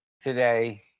today